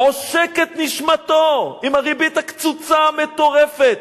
עושק את נשמתו עם הריבית הקצוצה המטורפת.